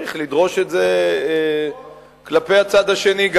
צריך לדרוש את זה גם כלפי הצד השני.